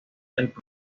proyecto